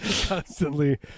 Constantly